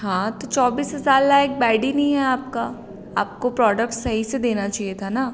हाँ तो चौबीस हज़ार लैयक़ बैड ही नहीं है आपका आपको प्रॉडक्ट सही से देना चाहिए था ना